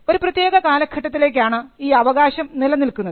ഒരു പ്രത്യേക കാലഘട്ടത്തിലേക്കാണ് ഈ അവകാശം നിലനിൽക്കുന്നത്